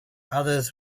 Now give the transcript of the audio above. others